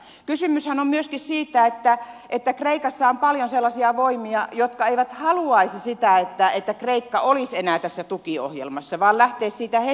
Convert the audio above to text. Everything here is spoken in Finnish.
kysymyshän on myöskin siitä että kreikassa on paljon sellaisia voimia jotka eivät haluaisi sitä että kreikka olisi enää tässä tukiohjelmassa vaan haluaisivat että se lähtisi siitä heti pois